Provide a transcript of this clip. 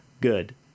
good